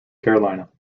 carolina